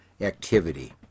activity